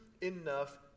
enough